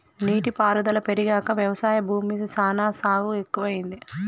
నీటి పారుదల పెరిగాక వ్యవసాయ భూమి సానా సాగు ఎక్కువైంది